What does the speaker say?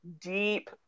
deep